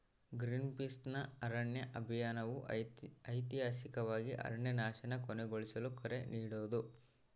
ಗ್ರೀನ್ಪೀಸ್ನ ಅರಣ್ಯ ಅಭಿಯಾನವು ಐತಿಹಾಸಿಕವಾಗಿ ಅರಣ್ಯನಾಶನ ಕೊನೆಗೊಳಿಸಲು ಕರೆ ನೀಡೋದು